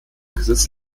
chris